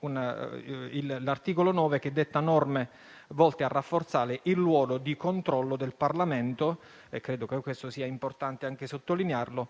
l'articolo 9 che detta norme volte a rafforzare il ruolo di controllo del Parlamento - credo che sia importante sottolinearlo